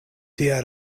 tia